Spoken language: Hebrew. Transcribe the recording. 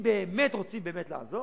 אם באמת רוצים לעזור,